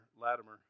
Latimer